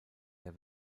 der